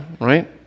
right